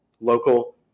local